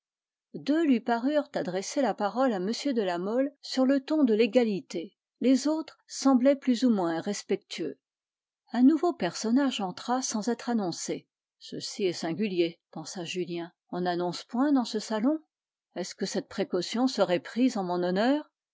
deux lui parurent adresser la parole à m de la mole sur le ton de l'égalité les autres semblaient plus ou moins respectueux un nouveau personnage entra sans être annoncé ceci est singulier pensa julien on n'annonce point dans ce salon est-ce que cette précaution serait prise en mon honneur